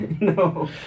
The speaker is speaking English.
No